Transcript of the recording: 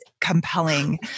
compelling